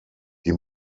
die